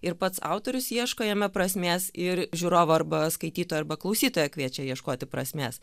ir pats autorius ieško jame prasmės ir žiūrovą arba skaitytoją arba klausytoją kviečia ieškoti prasmės